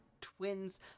twins